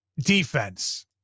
Defense